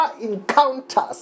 encounters